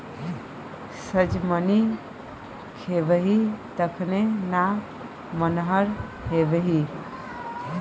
सजमनि खेबही तखने ना नमहर हेबही